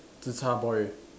zi char boy